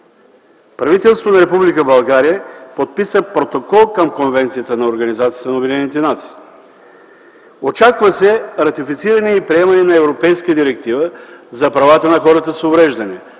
Правителството на Република България подписа протокол към Конвенцията на Организацията на обединените нации. Очаква се ратифициране и приемане на Европейска директива за правата на хората с увреждания.